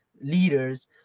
leaders